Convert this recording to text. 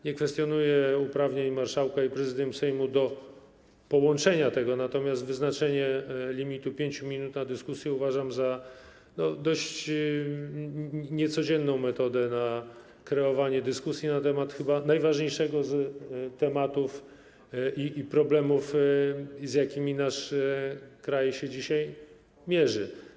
Nie kwestionuję uprawnień marszałka i Prezydium Sejmu do połączenia tego, natomiast wyznaczenie limitu 5 minut na dyskusję uważam za dość niecodzienną metodę na kreowanie dyskusji dotyczącej chyba najważniejszego z tematów i problemów, z jakimi nasz kraj się dzisiaj mierzy.